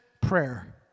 prayer